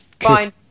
Fine